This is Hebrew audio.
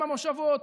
אם המושבות,